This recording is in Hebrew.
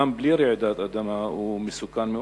גם בלי רעידות אדמה הוא מסוכן.